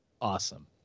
awesome